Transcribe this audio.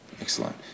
Excellent